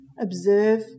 observe